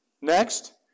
Next